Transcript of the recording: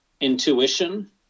intuition